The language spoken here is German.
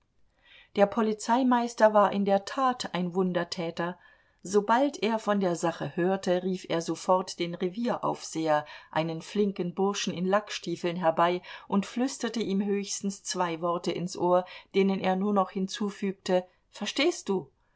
der polizeimeister war in der tat ein wundertäter sobald er von der sache hörte rief er sofort den revieraufseher einen flinken burschen in lackstiefeln herbei und flüsterte ihm höchstens zwei worte ins ohr denen er nur noch hinzufügte verstehst du